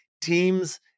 teams